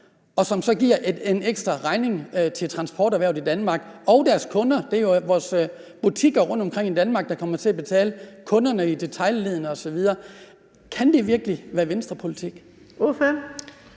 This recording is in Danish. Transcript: som så giver en ekstra regning til transporterhvervet i Danmark og deres kunder. Det er jo vores butikker rundtomkring i Danmark, der kommer til at betale, kunderne i detailleddet osv. Kan det virkelig være Venstrepolitik? Kl.